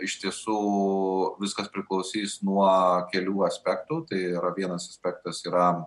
iš tiesų viskas priklausys nuo kelių aspektų tai yra vienas aspektas yra